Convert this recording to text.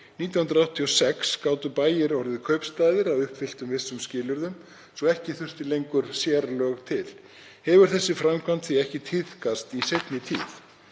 1986, gátu bæir orðið kaupstaðir að uppfylltum vissum skilyrðum svo ekki þyrfti lengur sérlög til. Hefur sú framkvæmd því ekki tíðkast í seinni tíð.